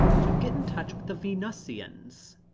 to get in touch with the venusians.